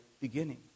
beginning